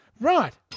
Right